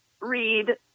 Read